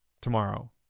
tomorrow